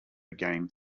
game